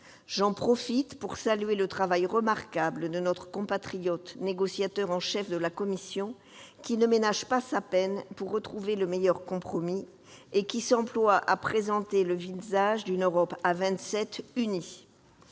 J'en profite pour saluer le travail remarquable de notre compatriote négociateur en chef de la Commission, qui ne ménage pas sa peine pour trouver le meilleur compromis et qui s'emploie à présenter le visage d'une Europe à vingt-sept